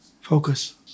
focus